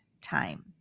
time